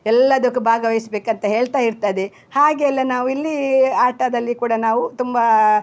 ಎಲ್ಲದಕ್ಕೂ ಭಾಗವಹಿಸಬೇಕಂತ ಹೇಳ್ತಾ ಇರ್ತದೆ ಹಾಗೇ ಎಲ್ಲ ನಾವು ಇಲ್ಲಿ ಆಟದಲ್ಲಿ ಕೂಡ ನಾವು ತುಂಬ